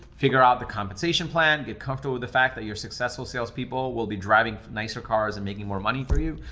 figure out the compensation plan. get comfortable with the fact that your successful salespeople will be driving nicer cars and making more money for you,